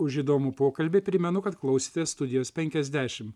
už įdomų pokalbį primenu kad klausėtės studijos penkiasdešim